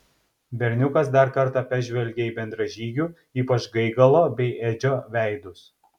berniukas dar kartą pažvelgė į bendražygių ypač gaigalo bei edžio veidus